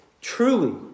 Truly